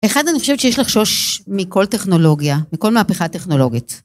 אחד אני חושבת שיש לחשוש מכל טכנולוגיה מכל מהפכה טכנולוגית